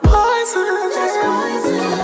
Poison